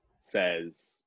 says